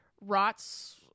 rots